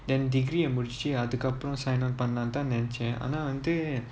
then degree அ முடிச்சு அதுக்க அப்புறம்:a mudichu athuka appuram sign on பண்ணலாம்னு தான் நினச்சேன்:pannlaamnu thaan ninachen